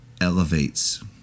elevates